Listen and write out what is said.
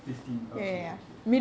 fifteen okay okay